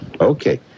Okay